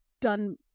done